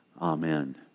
Amen